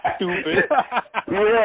Stupid